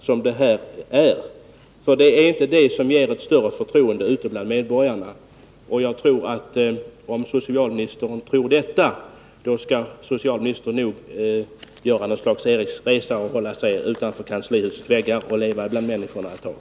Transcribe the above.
På det här sättet skapas ingen större förståelse ute bland människorna. Om socialministern tror det, då tycker jag att socialministern nog borde göra något slags eriksgata, hålla sig utanför kanslihusets väggar och leva bland människorna ett tag.